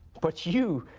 but you,